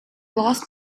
lost